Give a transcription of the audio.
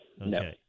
no